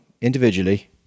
individually